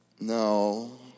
no